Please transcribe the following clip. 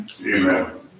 Amen